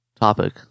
topic